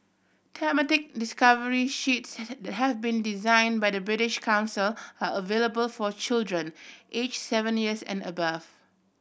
thematic discovery sheets it's that has been design by the British Council are available for children age seven years and above